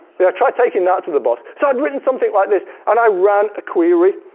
yeah, try taking that to the boss. so i'd written something like this. and i ran a query,